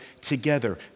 together